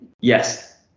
yes